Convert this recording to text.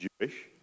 Jewish